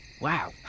Wow